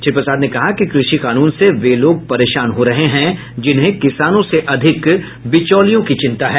श्री प्रसाद ने कहा कि कृषि कानून से वे लोग परेशान हो रहे हैं जिन्हें किसानों से अधिक बिचौलियों की चिंता है